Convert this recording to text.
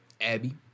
Abby